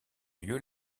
lieu